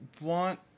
want